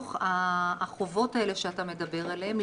מתוך החובות האלה שאתה מדבר עליהם,